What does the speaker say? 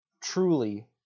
truly